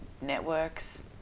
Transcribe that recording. networks